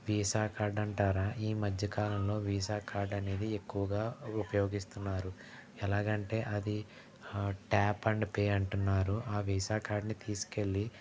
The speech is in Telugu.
విసా కార్డు అంటరా ఈ మధ్యకాలంలో విసా కార్డు అనేది ఎక్కువుగా ఉపయోగిస్తున్నారు ఎలాగంటే అది ట్యాప్ అండ్ పే అంటున్నారు ఆ విసా కార్డుని తీసుకెళ్ళి